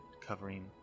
covering